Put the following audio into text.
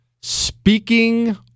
speaking